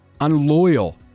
unloyal